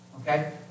Okay